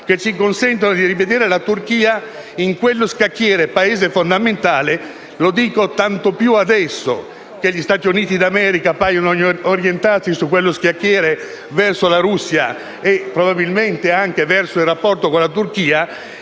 che ci consentano di rivedere la Turchia come un Paese fondamentale in quello scacchiere. Lo dico tanto più adesso che gli Stati Uniti d'America appaiono orientati su quello scacchiere verso la Russia e probabilmente anche verso il rapporto con la Turchia,